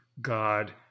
God